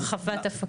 בהרחבת הפקה.